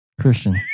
Christian